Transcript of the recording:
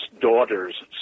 daughter's